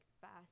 fast